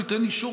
הוא ייתן אישור.